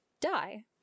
die